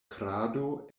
krado